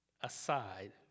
aside